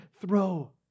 throw